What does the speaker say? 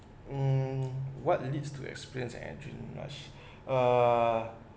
mm what you needs to explains an engine rush ah